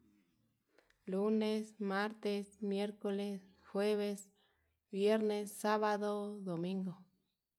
Lunes, martes, miercoles, jueves, viernes, sabado, domingo.